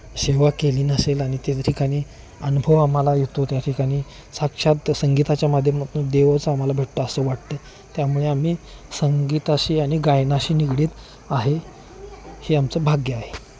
सेवा केली नसेल आणि त्या ठिकाणी अनुभव आम्हाला येतो त्या ठिकाणी साक्षात संगीताच्या माध्यमातून देवच आम्हाला भेटतो असं वाटतं त्यामुळे आम्ही संगीताशी आणि गायनाशी निगडीत आहे हे आमचं भाग्य आहे